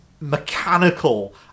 mechanical